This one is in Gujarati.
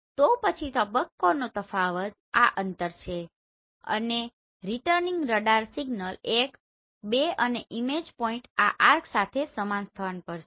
તો અહીં તબક્કોનો તફાવત આ અંતર છે અને રીટર્નિંગ રડાર સિગ્નલ 1 2 અને ઈમેજ પોઈન્ટ આ આર્ક સાથે સમાન સ્થાન પર છે